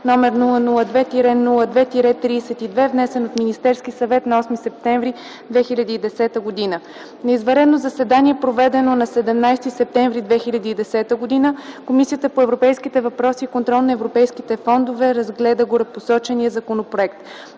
г., № 002-02-32, внесен от Министерския съвет на 8 септември 2010 г. На извънредно заседание, проведено на 17 септември 2010 г., Комисията по европейските въпроси и контрол на европейските фондове разгледа горепосочения законопроект.